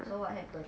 so what happened